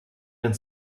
and